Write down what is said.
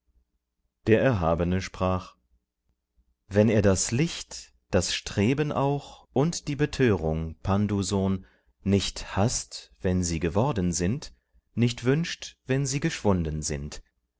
der erhabene sprach wenn er das licht das streben auch und die betörung pndu sohn nicht haßt wenn sie geworden sind nicht wünscht wenn sie geschwunden sind